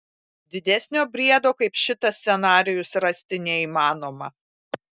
didesnio briedo kaip šitas scenarijus rasti neįmanoma